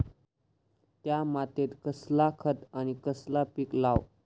त्या मात्येत कसला खत आणि कसला पीक लाव?